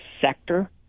sector